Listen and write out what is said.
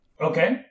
Okay